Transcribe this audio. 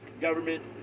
government